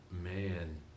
man